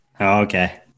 okay